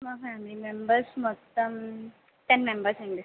మా family members మొత్తం ten members అండి